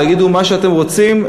תגידו מה שאתם רוצים,